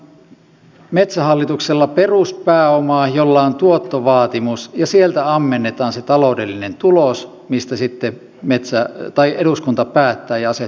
meillä on metsähallituksella peruspääomaa jolla on tuottovaatimus ja sieltä ammennetaan se taloudellinen tulos mistä sitten eduskunta päättää ja asettaa sen velvoitteen